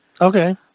Okay